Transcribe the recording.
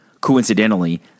Coincidentally